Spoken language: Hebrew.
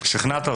שכנעת אותי.